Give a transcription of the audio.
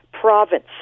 province